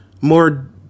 more